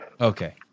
okay